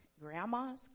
grandmas